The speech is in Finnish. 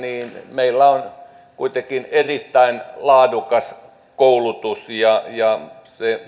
meillä on kuitenkin erittäin laadukas koulutus ja ja